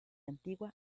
antigua